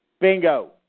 Bingo